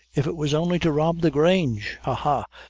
if it was only to rob the grange. ha! ha!